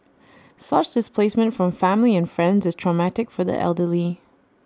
such displacement from family and friends is traumatic for the elderly